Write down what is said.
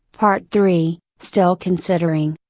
part three still considering,